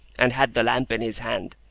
and had the lamp in his hand.